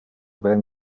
ben